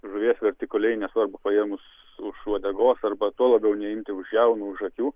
žuvies vertikaliai nesvarbu paėmus už uodegos arba tuo labiau neimti už žiaunų už akių